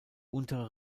untere